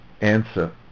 answer